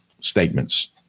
statements